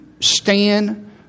stand